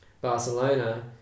Barcelona